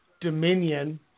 Dominion